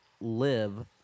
live